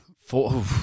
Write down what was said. four